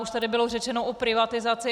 Už tady bylo řečeno o privatizaci.